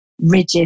rigid